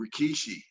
Rikishi